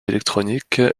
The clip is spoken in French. électronique